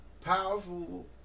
powerful